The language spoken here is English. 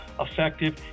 effective